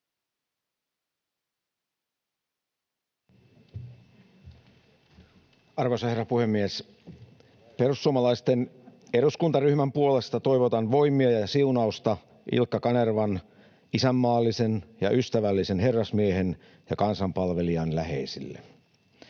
Arvoisa herra puhemies! Perussuomalaisten eduskuntaryhmän puolesta toivotan voimia ja siunausta Ilkka Kanervan, isänmaallisen ja ystävällisen herrasmiehen ja kansan palvelijan, läheisille.